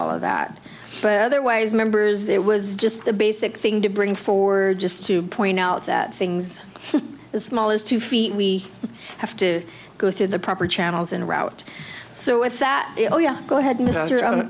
all of that but otherwise members there was just the basic thing to bring forward just to point out that things as small as two feet we have to go through the proper channels and route so with that oh yeah go ahead